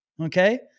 okay